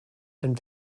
and